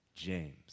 James